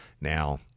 Now